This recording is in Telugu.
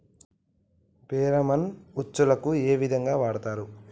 ఫెరామన్ ఉచ్చులకు ఏ విధంగా వాడుతరు?